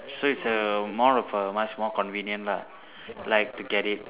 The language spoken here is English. so is a more of a much more convenient lah like to get it